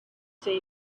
see